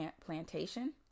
plantation